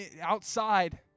outside